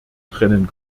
trennen